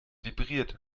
vibriert